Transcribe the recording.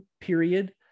period